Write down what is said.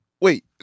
Wait